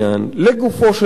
לגופו של אדם,